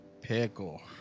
pickle